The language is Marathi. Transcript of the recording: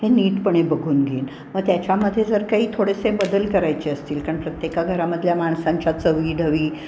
हे नीटपणे बघून घेईन मग त्याच्यामध्ये जर काही थोडेसे बदल करायचे असतील कारण प्रत्येका घरामधल्या माणसांच्या चवीढवी